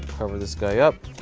cover this guy up,